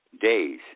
days